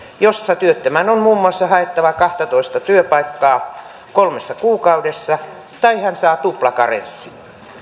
jossa työttömän on muun muassa haettava kahtatoista työpaikkaa kolmessa kuukaudessa tai hän saa tuplakarenssin